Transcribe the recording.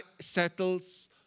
settles